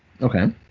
okay